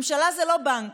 ממשלה זה לא בנק,